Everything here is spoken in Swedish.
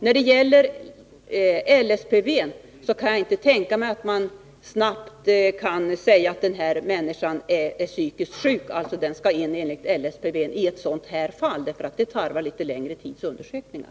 När det gäller LSPV kan jag inte tänka mig att man snabbt kan säga att den och den personen är psykiskt sjuk och alltså skall tas in enligt LSPV. Det tarvar litet längre tids undersökningar.